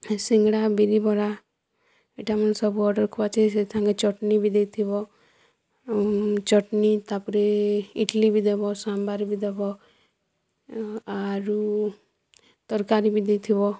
ସିଙ୍ଗଡ଼ା ବିରିବରା ଇ'ଟା ମାନେ ସବୁ ଅର୍ଡ଼ର୍ କର୍ବାର୍ ଅଛେ ତା'ର୍ ସଙ୍ଗେ ଚଟ୍ନୀ ବି ଦେଇଥିବ ଚଟ୍ନୀ ତା'ର୍ପରେ ଇଟ୍ଲି ବି ଦେବ ସମ୍ବର୍ ବି ଦେବ ଆରୁ ତର୍କାରୀ ବି ଦେଇଥିବ